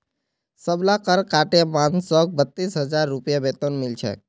सबला कर काटे मानसक बत्तीस हजार रूपए वेतन मिल छेक